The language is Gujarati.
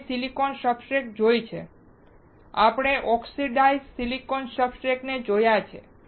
આપણે સિલિકોન સબસ્ટ્રેટ જોઇ છે આપણે ઓક્સિડાઇઝ્ડ સિલિકોન સબસ્ટ્રેટ ને જોયો છે